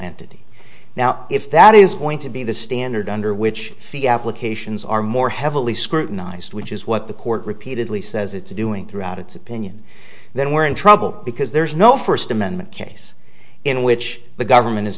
entity now if that is going to be the standard under which the applications are more heavily scrutinized which is what the court repeatedly says it's doing throughout its opinion then we're in trouble because there's no first amendment case in which the government is